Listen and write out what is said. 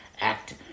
act